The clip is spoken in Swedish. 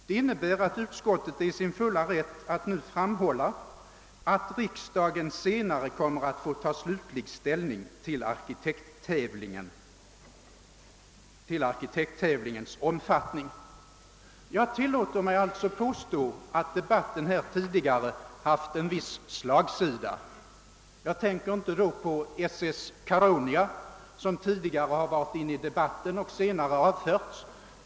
Detta innebär att utskottet är i sin fulla rätt att nu framhålla att riksdagen senare kommer att få ta slutlig ställning till arkitekttävlingens omfattning. Jag tillåter mig alltså påstå att debatten tidigare haft en viss slagsida. Jag tänker då inte på s/s Caronia som tidigare varit inne i debatten men sedan avförts från dagordningen.